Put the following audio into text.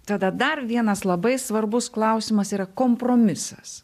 tada dar vienas labai svarbus klausimas yra kompromisas